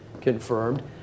confirmed